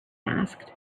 asked